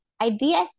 ideas